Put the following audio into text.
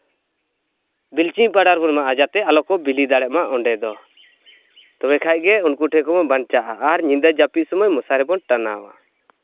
bleaching powder ᱵᱚᱱ ᱮᱢᱟᱜᱼᱟ ᱡᱟᱛᱮ ᱠᱚ ᱟᱞᱚ ᱠᱚ ᱵᱤᱞᱤ ᱫᱟᱲᱮᱜᱼᱢᱟ ᱚᱸᱰᱮ ᱫᱚ ᱛᱚᱵᱮ ᱠᱷᱟᱡ ᱜᱮ ᱩᱱᱠᱩ ᱴᱷᱮᱡ ᱠᱷᱚᱱ ᱵᱚ ᱵᱟᱧᱪᱟᱜᱼᱟ ᱟᱨ ᱧᱤᱫᱟᱹ ᱡᱟᱹᱯᱤᱫ ᱥᱚᱢᱚᱭ ᱢᱚᱥᱟᱨᱤ ᱵᱚ ᱴᱟᱝᱜᱟᱣᱟ